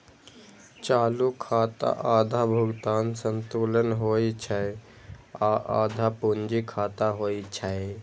चालू खाता आधा भुगतान संतुलन होइ छै आ आधा पूंजी खाता होइ छै